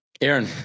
Aaron